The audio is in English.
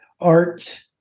art